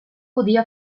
podia